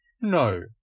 No